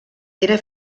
era